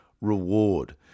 reward